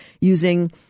using